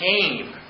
came